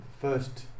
first